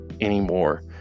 Anymore